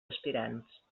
aspirants